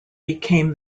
became